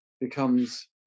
becomes